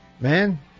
man